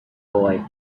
boy